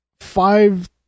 five